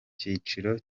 cyiciro